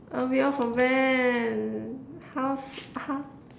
oh read out from when half half